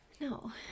No